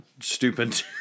stupid